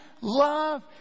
love